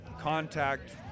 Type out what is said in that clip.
contact